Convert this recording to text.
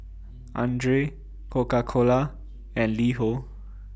Andre Coca Cola and LiHo